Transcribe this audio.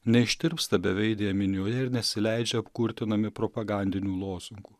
neištirpsta beveidėje minioje ir nesileidžia apkurtinami propagandinių lozungų